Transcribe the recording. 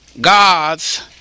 God's